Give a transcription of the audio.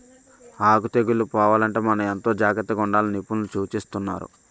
ఆకు తెగుళ్ళు పోవాలంటే మనం ఎంతో జాగ్రత్తగా ఉండాలని నిపుణులు సూచిస్తున్నారు